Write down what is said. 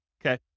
Okay